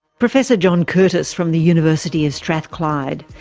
professor john curtice from the university of strathclyde.